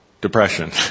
depression